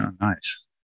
Nice